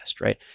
right